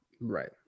Right